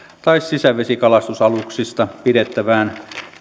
tai sisävesikalastusaluksista pidettävään